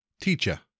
Teacher